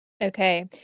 Okay